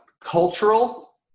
cultural